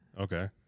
Okay